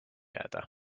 jääda